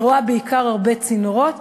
היא רואה בעיקר הרבה צינורות,